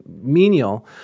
menial